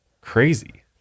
crazy